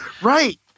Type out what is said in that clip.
right